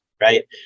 right